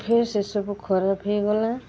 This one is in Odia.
ଫେର୍ ସେସବୁ ଖରାପ ହେଇଗଲା